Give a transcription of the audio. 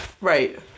right